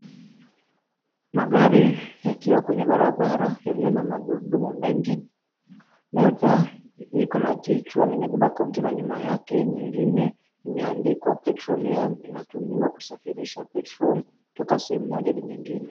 Magari yakiwa kwenye barabara yaliyo na magurudumu mengi. Moja iko na kichwa, limebeba kontena nyuma yake. Nyingine imeandikwa petroleum . Inatumiwa kusafirisha petroli kutoka sehemu moja hadi nyingine.